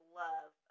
love